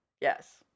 yes